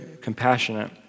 compassionate